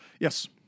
Yes